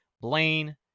Blaine